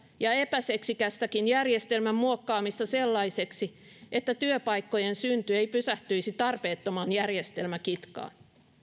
ja epäseksikästäkin järjestelmän muokkaamista sellaiseksi että työpaikkojen synty ei pysähtyisi tarpeettomaan järjestelmäkitkaan